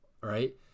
right